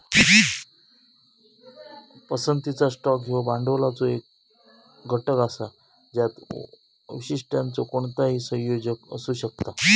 पसंतीचा स्टॉक ह्यो भांडवलाचो एक घटक असा ज्यात वैशिष्ट्यांचो कोणताही संयोजन असू शकता